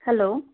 hello